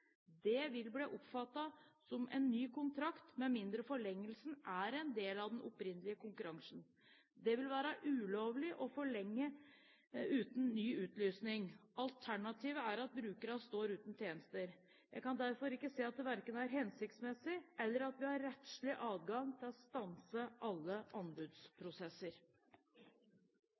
Det vil bli oppfattet som en ny kontrakt med mindre forlengelsen er en del av den opprinnelige konkurransen. Det vil være ulovlig å forlenge uten ny utlysning. Alternativet er at brukerne står uten tjenester. Jeg kan derfor ikke se at det verken er hensiktsmessig eller at vi har rettslig adgang til å stanse alle anbudsprosesser.